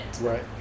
Right